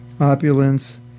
opulence